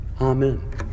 Amen